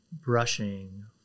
brushing